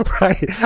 Right